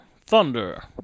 Thunder